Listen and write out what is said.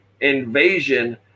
invasion